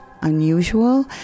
unusual